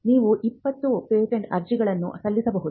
ನೀವು 20 ಪೇಟೆಂಟ್ ಅರ್ಜಿಗಳನ್ನು ಸಲ್ಲಿಸಬಹುದು